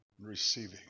receiving